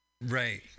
Right